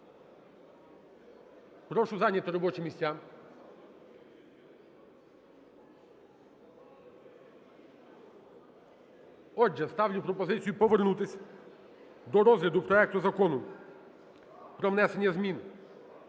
Прошу зайняти робочі місця. Отже, ставлю пропозицію повернутися до розгляду проекту Закону про внесення змін